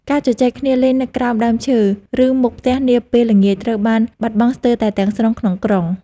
ការជជែកគ្នាលេងនៅក្រោមដើមឈើ ឬមុខផ្ទះនាពេលល្ងាចត្រូវបានបាត់បង់ស្ទើរតែទាំងស្រុងក្នុងក្រុង។